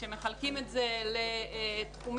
כשמחלקים את זה לתחומים,